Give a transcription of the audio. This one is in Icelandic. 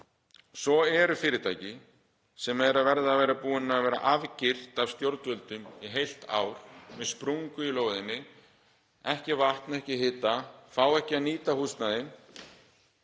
Svo eru fyrirtæki sem hafa verið afgirt af stjórnvöldum í heilt ár með sprungu í lóðinni, ekki vatn, ekki hita, fá ekki að nýta húsnæðið